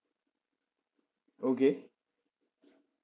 okay